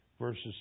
verses